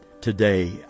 today